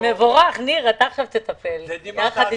ממלכתיים דתיים.